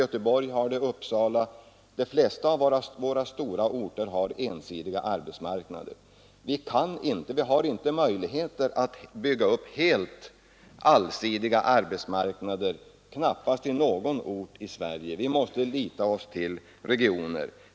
Göteborg, Uppsala och de flesta av våra stora orter har ensidiga arbetsmarknader. Vi har knappast möjligheter att bygga upp en helt allsidig arbetsmarknad i någon ort i Sverige; vi måste lita till regioner.